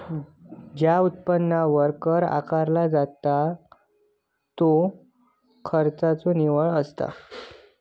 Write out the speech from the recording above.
ज्या उत्पन्नावर कर आकारला जाता त्यो खर्चाचा निव्वळ असता